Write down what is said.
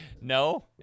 No